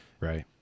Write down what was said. Right